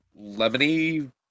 lemony